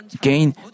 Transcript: gain